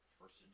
first